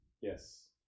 Yes